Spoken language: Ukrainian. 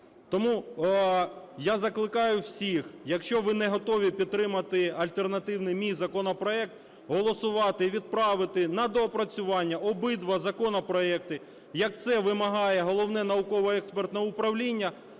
Тому я закликаю всіх, якщо ви не готові підтримати альтернативний мій законопроект, голосувати і відправити на доопрацювання обидва законопроекти як це вимагає Головне науково-експертне управління,